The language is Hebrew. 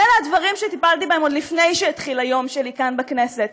ואלה הדברים שטיפלתי בהם עוד לפני שהתחיל היום שלי כאן בכנסת.